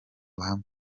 ruhame